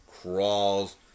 crawls